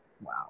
Wow